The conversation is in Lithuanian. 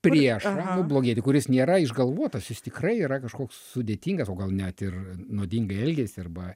priešą blogietį kuris nėra išgalvotas jis tikrai yra kažkoks sudėtingas o gal net ir nuodingai elgiasi arba